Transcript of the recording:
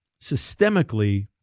systemically